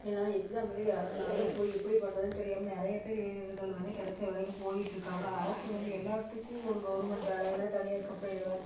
எல்லோரும் எக்ஸாம் எழுதி யாருனாலையும் போய் எப்படி பண்ணுறதுன்னு தெரியாமல் நிறைய பேர் இளைஞர்கள் வந்து கெடைச்ச வேலைக்கு போய்ட்டுருக்காங்க அரசு வந்து எல்லாத்துக்கும் ஒரு கவுர்மெண்ட் வேலை இல்லை தனியார் கம்பெனியில் வேலை